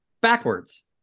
backwards